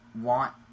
want